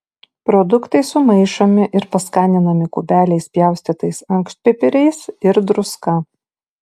produktai sumaišomi ir paskaninami kubeliais pjaustytais ankštpipiriais ir druska